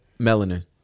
melanin